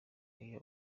air